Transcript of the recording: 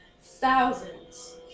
thousands